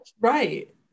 right